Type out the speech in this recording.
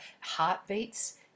heartbeats